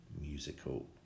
musical